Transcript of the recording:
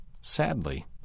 Sadly